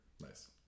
nice